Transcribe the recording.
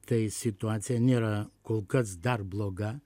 tai situacija nėra kol kas dar bloga